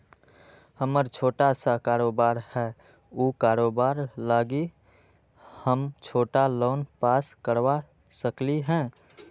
हमर छोटा सा कारोबार है उ कारोबार लागी हम छोटा लोन पास करवा सकली ह?